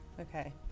Okay